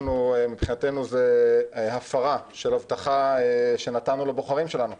מבחינתנו זאת הפרה של הבטחה שנתנו לבוחרים שלנו.